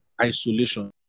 Isolation